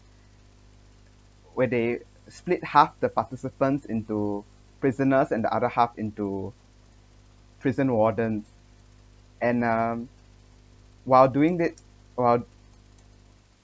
where they split half the participants into prisoners and the other half into prison warden and um while doing it while